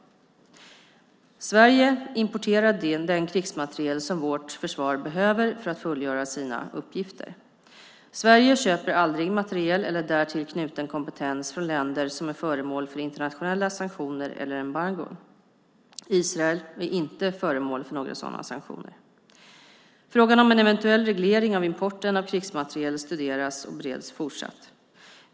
Sverige importerar den krigsmateriel som vårt försvar behöver för att fullgöra sina uppgifter. Sverige köper aldrig materiel eller därtill knuten kompetens från länder som är föremål för internationella sanktioner eller embargon. Israel är inte föremål för några sådana sanktioner. Frågan om en eventuell reglering av importen av krigsmateriel studeras och bereds fortsatt.